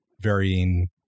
varying